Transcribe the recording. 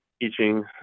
teaching